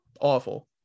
awful